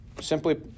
Simply